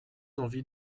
envie